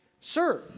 Sir